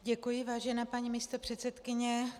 Děkuji, vážená paní místopředsedkyně.